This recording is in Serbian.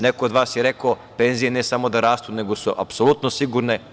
Neko od vas je rekao - penzije ne samo da rastu, nego su apsolutno sigurne.